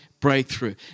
breakthrough